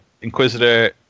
Inquisitor